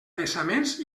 vessaments